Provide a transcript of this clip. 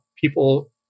people